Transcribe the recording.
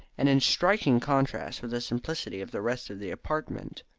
and in striking contrast with the simplicity of the rest of the apartment.